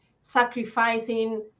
sacrificing